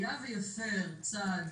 היה ויפר צד